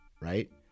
Right